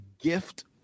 gift